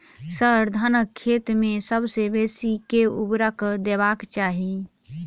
sir, धानक खेत मे सबसँ बेसी केँ ऊर्वरक देबाक चाहि